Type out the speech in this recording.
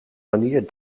manier